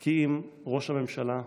כי אם ראש הממשלה בעצמו.